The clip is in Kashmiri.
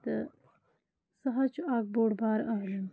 تہٕ سُہ حظ چھِ اَکھ بوٚڑ بار عٲلِم